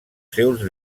seus